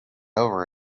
over